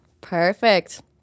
perfect